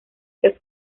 que